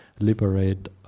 liberate